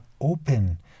open